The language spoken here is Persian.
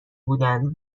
بودن